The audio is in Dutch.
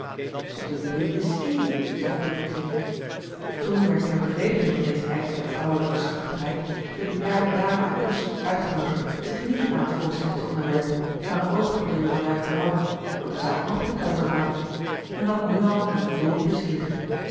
zeide dorothea toen werd ter bevrediging van dezen eisch der vrouwelijke schuchterheid de bejaarde dame uit brussel uitgenoodigd zich niet aan het voorschrift te onderwerpen maar een oogje op de jongelui te houden wat de zaak nog pikanter maakte men had nu al een dol pleizier